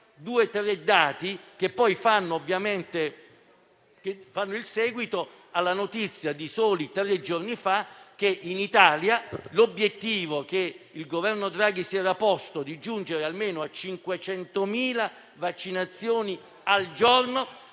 alcuni dati che fanno il seguito alla notizia di soli tre giorni fa: in Italia l'obiettivo che il Governo Draghi si era posto di giungere almeno a 500.000 vaccinazioni al giorno